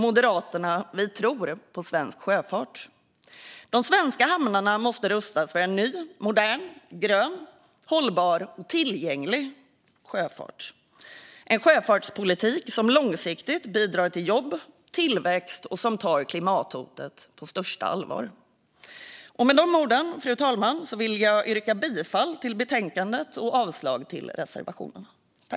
Moderaterna tror på svensk sjöfart. De svenska hamnarna måste rustas för en ny, modern, grön, hållbar och tillgänglig sjöfart - med en sjöfartspolitik som långsiktigt bidrar till jobb och tillväxt och som tar klimathotet på största allvar. Fru talman! Med de orden vill jag yrka bifall till utskottets förslag i betänkandet och avslag på reservationerna.